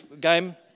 game